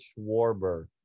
Schwarber